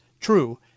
true